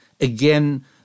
again